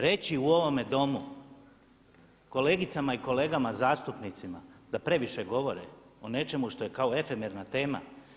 Reći u ovome Domu kolegicama i kolegama zastupnicima da previše govore o nečemu što je kao efemerna tema.